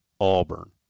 Auburn